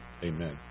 Amen